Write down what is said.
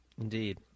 Indeed